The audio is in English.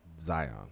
Zion